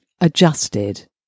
adjusted